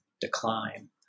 decline